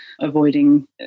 avoiding